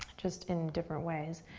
just in different ways,